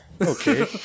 Okay